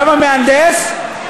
למה מהנדס?